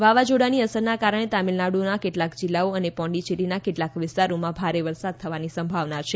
વાવાઝોડાની અસરના કારણે તામીલનાડુના કેટલાક જીલ્લાઓ અને પોંડીચેરીના કેટલાક વિસ્તારોમાં ભારે વરસાદ થવાની સંભાવના છે